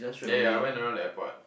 ya ya I went around the airport